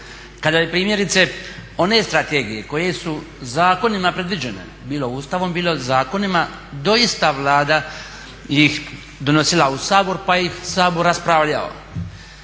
Kada bi primjerice one strategije koje su zakonima predviđene, bilo Ustavom, bilo zakonima, doista Vlada ih donosila u Sabor pa ih Sabor raspravljao,